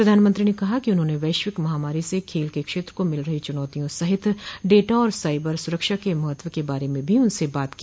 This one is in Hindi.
प्रधानमंत्री ने कहा कि उन्होंने वैश्विक महामारी से खेल के क्षेत्र को मिल रही चुनौतियों सहित डेटा और साइबर स्रक्षा के महत्व के बारे में भी उनसे बात की